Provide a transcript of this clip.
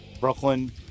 Brooklyn